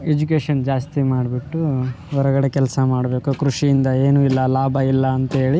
education ಜಾಸ್ತಿ ಮಾಡಿಬಿಟ್ಟು ಹೊರಗಡೆ ಕೆಲಸ ಮಾಡಬೇಕು ಕೃಷಿಯಿಂದ ಏನು ಇಲ್ಲ ಲಾಭ ಇಲ್ಲಾಂತ್ಹೇಳಿ